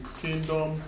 kingdom